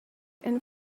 and